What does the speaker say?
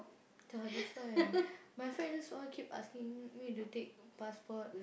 ya that's why my friends all keep asking me to take passport